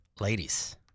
Ladies